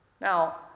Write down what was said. Now